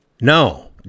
No